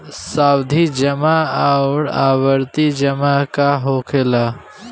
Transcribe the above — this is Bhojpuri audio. सावधि जमा आउर आवर्ती जमा का होखेला?